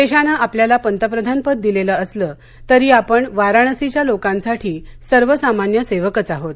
देशानं आपल्याला पंतप्रधान पद दिलेलं असलं तरी आपण वाराणसीच्या लोकांसाठी सर्वसामान्य सेवकच आहोत